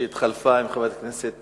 שהתחלפה עם חברת הכנסת